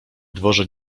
dworze